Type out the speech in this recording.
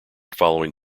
following